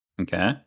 Okay